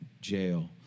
jail